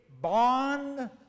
bond